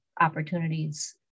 opportunities